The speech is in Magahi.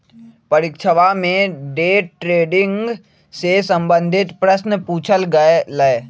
परीक्षवा में डे ट्रेडिंग से संबंधित प्रश्न पूछल गय लय